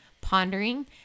pondering